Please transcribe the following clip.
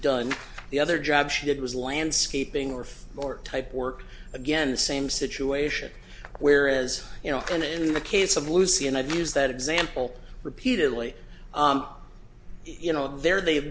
done the other job she did was landscaping or more type work again the same situation where as you know and in the case of lucy and i've used that example repeatedly you know there they have